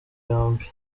yombi